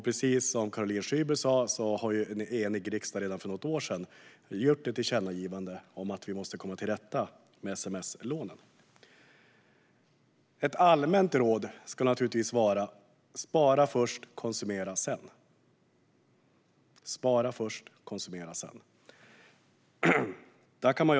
Precis som Caroline Szyber sa har en enig riksdag redan för något år sedan gjort ett tillkännagivande om att vi måste komma till rätta med sms-lånen. Ett allmänt råd ska naturligtvis vara: Spara först och konsumera sedan.